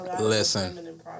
Listen